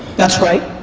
that's right.